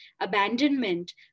abandonment